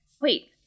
Wait